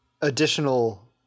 additional